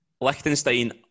Liechtenstein